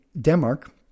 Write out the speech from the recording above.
denmark